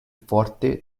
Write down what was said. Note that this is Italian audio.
forte